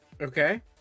Okay